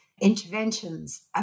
interventions